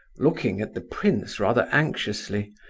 looking, at the prince rather anxiously.